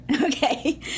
Okay